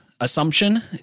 Assumption